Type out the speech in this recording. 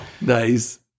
nice